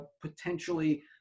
potentially